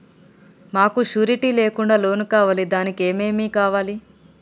మాకు షూరిటీ లేకుండా లోన్ కావాలి దానికి ఏమేమి కావాలి?